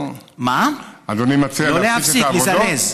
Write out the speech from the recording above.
לא להפסיק, לזרז.